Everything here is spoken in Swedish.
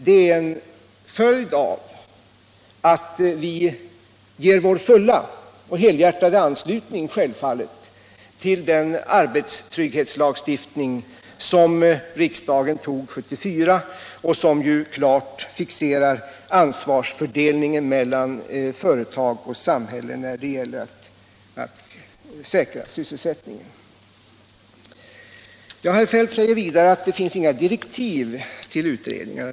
Det är en följd av att vi självfallet ger vår fulla och helhjärtade anslutning — Nr 43 till den arbetstrygghetslagstiftning som riksdagen antog 1974 och som Fredagen den klart fixerar ansvarsfördelningen mellan företag och samhälle när det 10 december 1976 gäller att säkra sysselsättningen. MR rt örigrrntnsker Herr Feldt säger vidare att det inte finns några direktiv till utred Om åtgärder för att ningarna.